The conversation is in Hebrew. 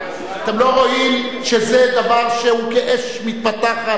אתם לא רואים שזה דבר שהוא כאש מתפתחת,